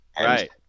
right